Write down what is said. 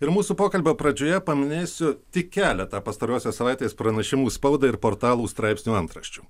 ir mūsų pokalbio pradžioje paminėsiu tik keletą pastarosios savaitės pranešimų spaudai ir portalų straipsnių antraščių